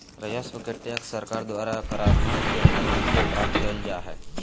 राजस्व के टैक्स सरकार द्वारा कराधान के माध्यम से प्राप्त कइल जा हइ